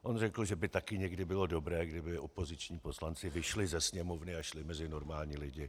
On řekl, že by taky někdy bylo dobré, kdyby opoziční poslanci vyšli ze Sněmovny a šli mezi normální lidi.